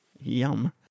Yum